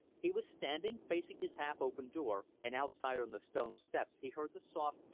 he was standing facing his half-open door, and outside on the stone steps he heard the soft,